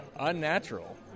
unnatural